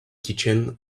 kitchen